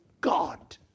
God